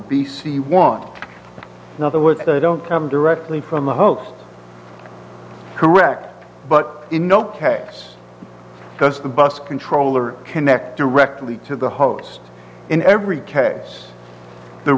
b c one in other words they don't come directly from the host correct but in ok it's because the bus controller connect directly to the host in every case the